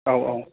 औ औ